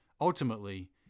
Ultimately